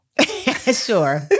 Sure